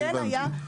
את זה הבנתי.